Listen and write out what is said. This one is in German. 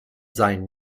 seinen